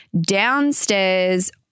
downstairs